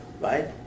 right